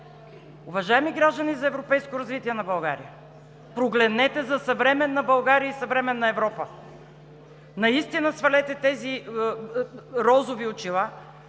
Уважаеми граждани за европейско развитие на България, прогледнете за съвременна България и съвременна Европа! Наистина свалете тези розови очила,